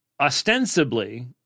ostensibly